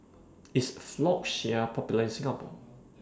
IS Floxia Popular in Singapore